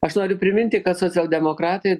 aš noriu priminti kad socialdemokratai